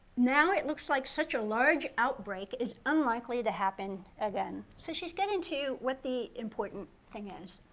now it looks like such a large outbreak is unlikely to happen again. so she's getting to what the important thing is.